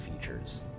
features